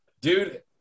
dude